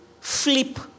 flip